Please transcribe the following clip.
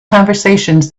conversations